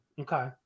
Okay